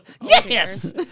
Yes